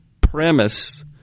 premise